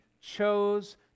chose